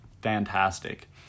fantastic